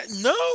no